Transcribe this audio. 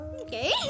Okay